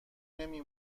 نمی